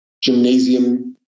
gymnasium